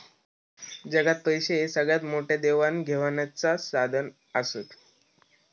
जगात पैशे हे सगळ्यात मोठे देवाण घेवाणीचा साधन आसत